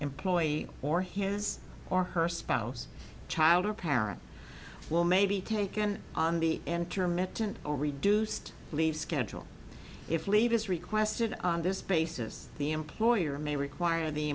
employee or his or her spouse child or parent well may be taken on be intermittent or reduced leave schedule if leave is requested on this basis the employer may require the